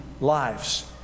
lives